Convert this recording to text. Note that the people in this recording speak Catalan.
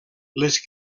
les